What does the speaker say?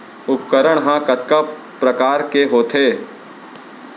उपकरण हा कतका प्रकार के होथे?